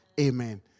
Amen